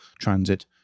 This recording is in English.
transit